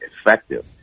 effective